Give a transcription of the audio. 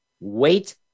wait